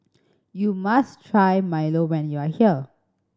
you must try milo when you are here